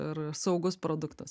ir saugus produktas